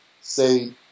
say